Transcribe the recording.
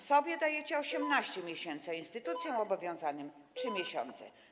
Sobie dajecie 18 miesięcy, a instytucjom obowiązanym 3 miesiące.